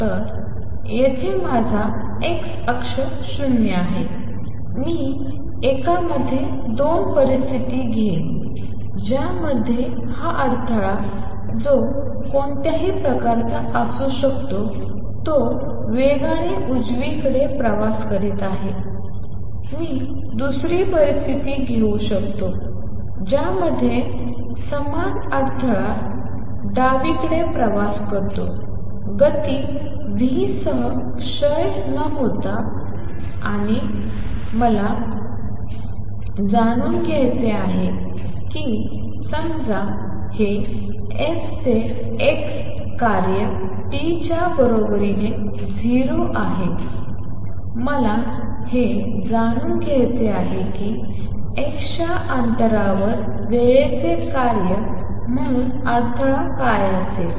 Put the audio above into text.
तर येथे माझा x अक्ष 0 आहे मी एकामध्ये 2 परिस्थिती घेईन ज्यामध्ये हा अडथळा जो कोणत्याही प्रकारचा असू शकतो तो वेगाने उजवीकडे प्रवास करत आहे मी दुसरी परिस्थिती घेऊ शकतो ज्यामध्ये समान अडथळा डावीकडे प्रवास करतो गती v सह क्षय न होता आणि मला जाणून घ्यायचे आहे कि समजा हे f चे x कार्य t च्या बरोबरीने 0 आहे मला हे जाणून घ्यायचे आहे की x च्या अंतरावर वेळेचे कार्य म्हणून अडथळा काय असेल